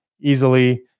easily